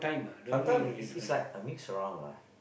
sometimes it's like I mix around lah